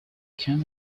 can